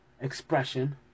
expression